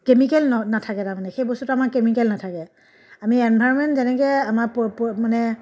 chemical ন নাথাকে তাৰ মানে সেই বস্তুটো আমাৰ কেমিকেল নাথাকে আমি এনভাৰ'মেন্ট যেনেকৈ আমাৰ মানে